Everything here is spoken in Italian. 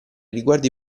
riguardo